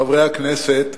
חברי הכנסת,